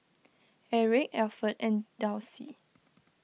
Eric Alford and Dulcie